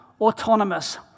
autonomous